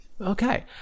Okay